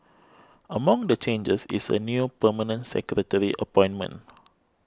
among the changes is a new Permanent Secretary appointment